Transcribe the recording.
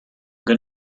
good